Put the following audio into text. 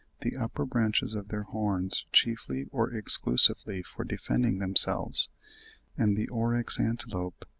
the upper branches of their horns chiefly or exclusively for defending themselves and the oryx antelope,